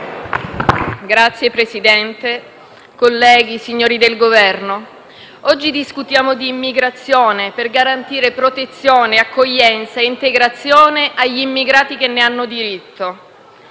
Signor Presidente, colleghi, signori del Governo, oggi discutiamo di immigrazione per garantire protezione, accoglienza e integrazione agli immigrati che ne hanno diritto,